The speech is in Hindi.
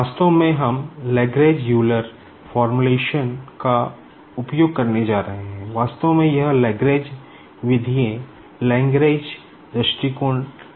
वास्तव में हम लैग्रेंज यूलर फॉर्मूलेशन है